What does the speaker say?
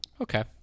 Okay